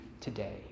today